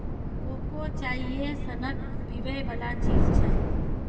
cocoa चाइए सनक पीबै बला चीज छै